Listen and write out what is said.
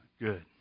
good